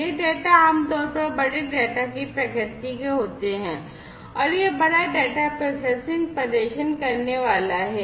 ये डेटा आमतौर पर बड़े डेटा की प्रकृति के होते हैं और यह बड़ा डेटा प्रोसेसिंग प्रदर्शन करने वाला है